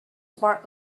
part